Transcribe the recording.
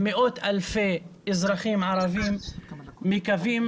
מאות אלפי אזרחים ערביים מקווים